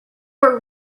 were